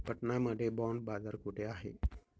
पटना मध्ये बॉंड बाजार कुठे आहे?